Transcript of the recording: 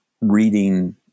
reading